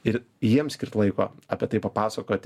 ir jiems skirt laiko apie tai papasakot